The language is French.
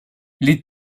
les